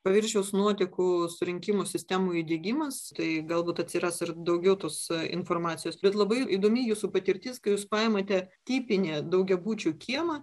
paviršiaus nuotekų surinkimo sistemų įdiegimas tai galbūt atsiras ir daugiau tos informacijos bet labai įdomi jūsų patirtis kai jūs paėmėte tipinį daugiabučių kiemą